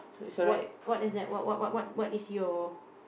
what what is that what what what what what is your